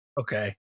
okay